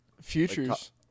Futures